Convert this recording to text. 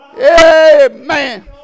Amen